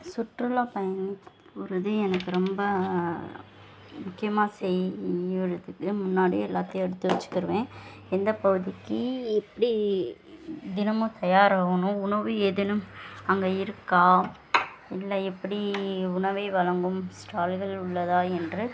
சுற்றுலா பயணி போகிறது எனக்கு ரொம்ப முக்கியமாக செய்கிறத்துக்கு முன்னாடியே எல்லாத்தையும் எடுத்து வச்சுக்குருவேன் எந்த பகுதிக்கு எப்படி தினமும் தயாராகணும் உணவு ஏதேனும் அங்கே இருக்கா இல்லை எப்படி உணவை வழங்கும் ஸ்டால்கள் உள்ளதா என்று